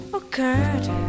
occurred